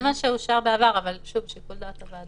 זה מה שאושר בעבר אבל שוב זה שיקול דעת של הוועדה.